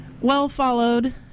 well-followed